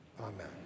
Amen